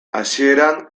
hasieran